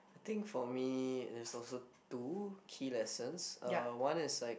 I think for me is also two key lessons uh one is like